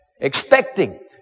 Expecting